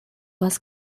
was